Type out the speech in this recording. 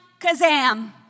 kazam